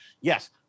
Yes